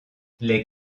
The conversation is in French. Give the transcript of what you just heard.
les